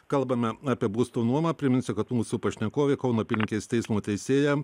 kalbame apie būstų nuomą priminsiu kad mūsų pašnekovė kauno apylinkės teismo teisėja